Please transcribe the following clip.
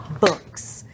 books